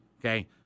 Okay